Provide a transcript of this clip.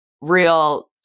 real